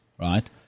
right